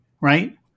Right